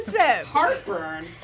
Heartburn